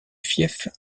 fief